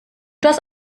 das